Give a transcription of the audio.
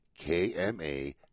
KMA